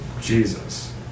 Jesus